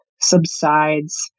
subsides